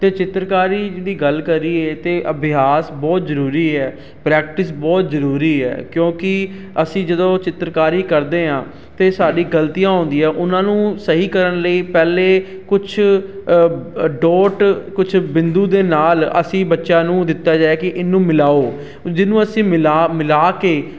ਅਤੇ ਚਿੱਤਰਕਾਰੀ ਜਿਹੜੀ ਗੱਲ ਕਰੀਏ ਤਾਂ ਅਭਿਆਸ ਬਹੁਤ ਜ਼ਰੂਰੀ ਹੈ ਪ੍ਰੈਕਟਿਸ ਬਹੁਤ ਜ਼ਰੂਰੀ ਹੈ ਕਿਉਂਕਿ ਅਸੀਂ ਜਦੋਂ ਚਿੱਤਰਕਾਰੀ ਕਰਦੇ ਹਾਂ ਤਾਂ ਸਾਡੀ ਗਲਤੀਆਂ ਹੁੰਦੀਆਂ ਉਹਨਾਂ ਨੂੰ ਸਹੀ ਕਰਨ ਲਈ ਪਹਿਲੇ ਕੁਛ ਡੋਟ ਕੁਛ ਬਿੰਦੂ ਦੇ ਨਾਲ ਅਸੀਂ ਬੱਚਿਆਂ ਨੂੰ ਦਿੱਤਾ ਜਾਵੇ ਕਿ ਇਹਨੂੰ ਮਿਲਾਓ ਜਿਹਨੂੰ ਅਸੀਂ ਮਿਲਾ ਮਿਲਾ ਕੇ